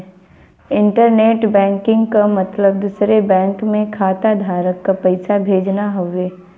internet banking क मतलब दूसरे बैंक में खाताधारक क पैसा भेजना हउवे